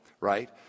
Right